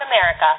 America